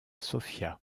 sofia